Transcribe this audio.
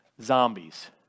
zombies